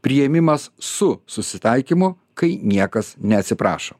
priėmimas su susitaikymu kai niekas neatsiprašo